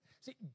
See